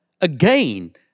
again